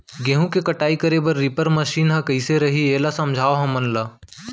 गेहूँ के कटाई करे बर रीपर मशीन ह कइसे रही, एला समझाओ हमन ल?